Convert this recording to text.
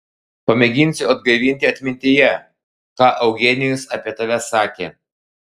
pamėginsiu atgaivinti atmintyje ką eugenijus apie tave sakė